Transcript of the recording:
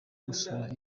gusura